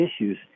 issues